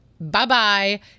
Bye-bye